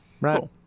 Right